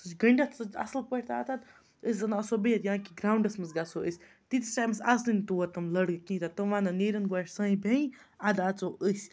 سُہ چھِ گٔنڈِتھ سُہ اَصٕل پٲٹھۍ تَتٮ۪تھ أسۍ زَن آسو بِہِتھ یا کہِ گرٛاوُنٛڈَس منٛز گژھو أسۍ تیٖتِس ٹایِمَس اَژنٕے نہٕ تور تِم لڑکہٕ کِہیٖنۍ تہِ نہٕ تِم وَنَن نیٖرِن گۄڈٕ سانہِ بیٚنہِ اَدٕ اَژو أسۍ